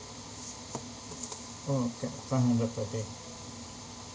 oh capped five hundred per day